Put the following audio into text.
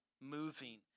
moving